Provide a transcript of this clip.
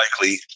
likely